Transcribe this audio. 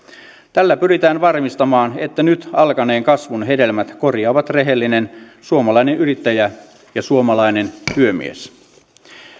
tällä pyritään varmistamaan että nyt alkaneen kasvun hedelmät korjaavat rehellinen suomalainen yrittäjä ja suomalainen työmies